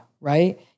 right